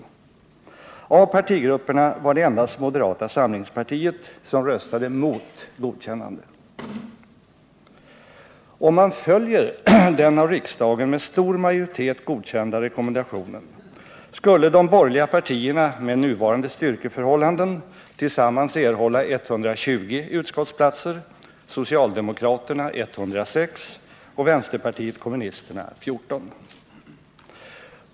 Av partigrupperna var det endast moderata samlingspartiet som röstade mot godkännande. Om man följer den av riksdagen med stor majoritet godkända rekommendationen skulle de borgerliga partierna med nuvarande styrkeförhållanden tillsammans erhålla 120 utskottsplatser, socialdemokraterna 106 och vänsterpartiet kommunisterna 14.